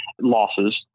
losses